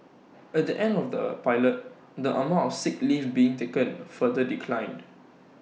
at the end of the pilot the amount of sick leave being taken further declined